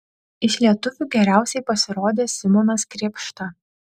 iš lietuvių geriausiai pasirodė simonas krėpšta